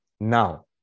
Now